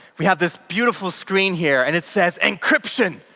we have this beautiful screen here, and it says encryption,